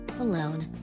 alone